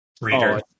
reader